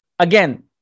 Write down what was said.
Again